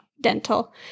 dental